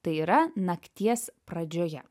tai yra nakties pradžioje